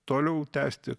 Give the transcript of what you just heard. toliau tęsti